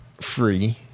free